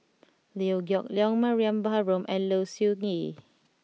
Liew Geok Leong Mariam Baharom and Low Siew Nghee